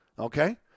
Okay